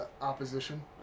opposition